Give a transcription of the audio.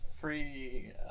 Free